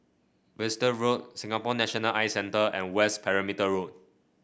Wiltshire Road Singapore National Eye Centre and West Perimeter Road